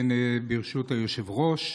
ברשות היושב-ראש,